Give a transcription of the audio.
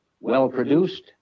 well-produced